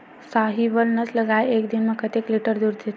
साहीवल नस्ल गाय एक दिन म कतेक लीटर दूध देथे?